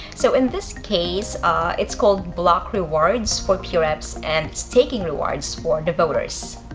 so in this case it's called block rewards for p-reps and staking rewards for the voters.